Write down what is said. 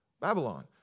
Babylon